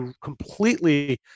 completely